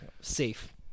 safe